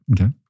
Okay